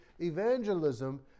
evangelism